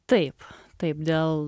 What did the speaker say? taip taip dėl